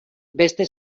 beste